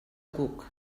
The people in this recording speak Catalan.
cuc